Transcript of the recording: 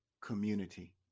community